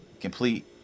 complete